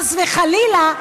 חס וחלילה,